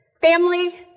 family